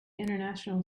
international